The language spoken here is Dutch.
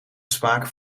smaak